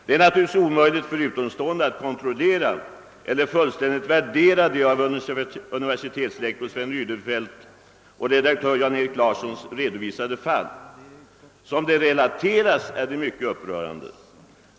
Det är naturligtvis omöjligt för utomstående att kontrollera eller fullständigt värdera de av universitetslektor Sven Rydenfelt och redaktör Janerik Larsson redovisade fallen. Som de relateras är de mycket upprörande.